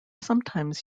sometimes